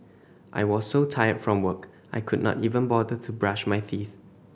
I was so tired from work I could not even bother to brush my teeth